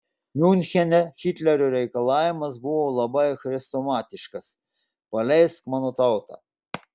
miunchene hitlerio reikalavimas buvo labai chrestomatiškas paleisk mano tautą